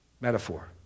metaphor